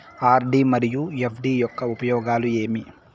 RD మరియు FD యొక్క ఉపయోగాలు ఏమి?